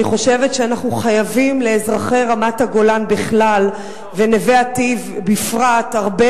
אני חושבת שאנחנו חייבים לאזרחי רמת-הגולן בכלל ונווה-אטי"ב בפרט הרבה